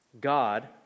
God